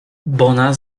bona